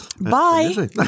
Bye